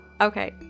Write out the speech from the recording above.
Okay